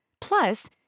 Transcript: Plus